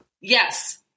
Yes